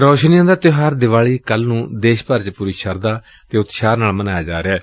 ਰੌਸ਼ਨੀਆਂ ਦਾ ਤਿਉਹਾਰ ਦੀਵਾਲੀ ਕੱਲੁ ਨੂੰ ਦੇਸ਼ ਭਰ ਚ ਪੂਰੀ ਸ਼ਰਧਾ ਅਤੇ ਉਤਸ਼ਾਹ ਨਾਲ ਮਨਾਇਆ ਜਾ ਰਿਹੈ